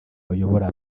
bayobora